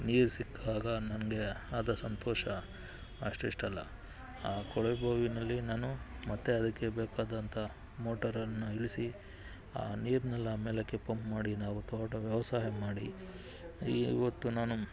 ನೀರು ಸಿಕ್ಕಾಗ ನನಗೆ ಆದ ಸಂತೋಷ ಅಷ್ಟಿಷ್ಟಲ್ಲ ಆ ಕೊಳವೆ ಬಾವಿಯಲ್ಲಿ ನಾನು ಮತ್ತೆ ಅದಕ್ಕೆ ಬೇಕಾದಂಥ ಮೋಟಾರನ್ನು ಇಳಿಸಿ ಆ ನೀರನ್ನೆಲ್ಲ ಮೇಲಕ್ಕೆ ಪಂಪ್ ಮಾಡಿ ನಾವು ತೋಟದ ವ್ಯವಸಾಯ ಮಾಡಿ ಈ ಇವತ್ತು ನಾನು